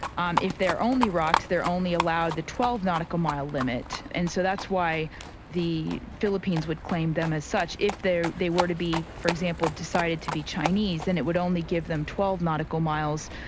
um if they're only rocks, they're only allowed the twelve nautical mile limit, and so that's why the philippines would claim them as such if they were to be, for example, decided to be chinese, then it would only give them twelve nautical miles,